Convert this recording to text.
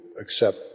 accept